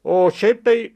o šiaip tai